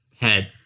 head